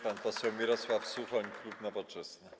Pan poseł Mirosław Suchoń, klub Nowoczesna.